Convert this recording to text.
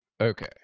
Okay